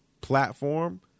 platform